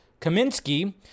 Kaminsky